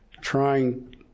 Trying